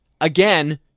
Again